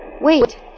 Wait